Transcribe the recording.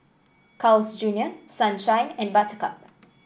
Carl's Junior Sunshine and Buttercup